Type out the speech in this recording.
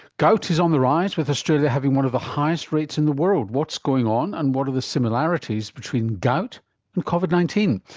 gout is on the rise, with australia having one of the highest rates in the world. what's going on and what are the similarities between gout and covid nineteen?